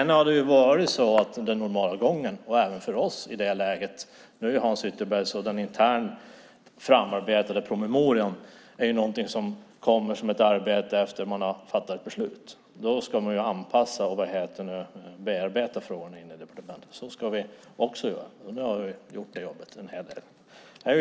Nu handlar det om Hans Ytterbergs utredning och den internt framarbetade promemorian som kommer som ett arbete efter att man har fattat ett beslut. Då ska man anpassa och bearbeta förordningen i departementet. En hel del av det jobbet har gjorts. Det är bra.